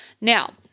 Now